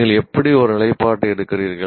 நீங்கள் எப்படி ஒரு நிலைப்பாட்டை எடுக்கிறீர்கள்